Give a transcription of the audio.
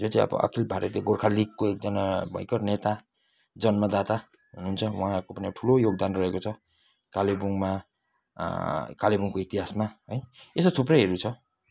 जो चाहिँ अब अखिल भारतीय गोर्खा लिगको एकजना भयङ्कर नेता जन्मदाता हुनुहुन्छ उहाँको पनि ठुलो योगदान रहेको छ कालेबुङमा कालेबुङको इतिहासमा है यस्तो थुप्रैहरू छ